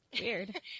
Weird